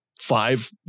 five